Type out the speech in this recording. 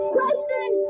Question